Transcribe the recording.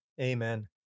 Amen